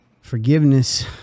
forgiveness